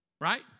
right